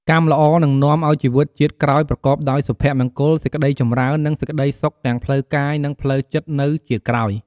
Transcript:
កម្មល្អនឹងនាំឲ្យជីវិតជាតិក្រោយប្រកបដោយសុភមង្គល សេចក្ដីចម្រើន និងសេចក្ដីសុខទាំងផ្លូវកាយ និងផ្លូវចិត្តនៅជាតិក្រោយ។